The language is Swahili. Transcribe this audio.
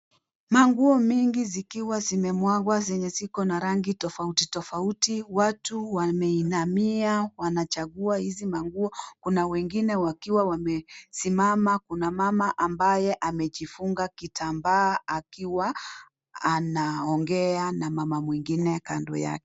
Manguo mengi zikiwa zimemwagwa zenye ziko na rangi tofauti-tofauti. Watu wameinamia, wanachagua hizi manguo. Kuna wengine wakiwa wamesimama kuna mama ambaye amejifunga kitambaa akiwa, anaongea na mama mwingine kando yake.